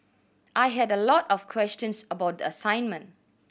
I had a lot of questions about the assignment